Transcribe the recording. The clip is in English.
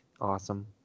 awesome